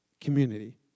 Community